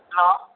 hello